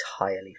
entirely